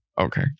okay